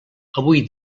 avui